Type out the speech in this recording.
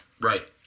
Right